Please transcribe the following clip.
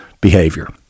behavior